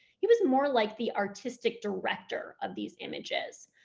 he was more like the artistic director of these images.